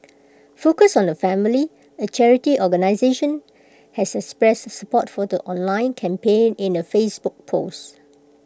focus on the family A charity organisation has expressed support for the online campaign in A Facebook post